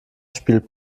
spielt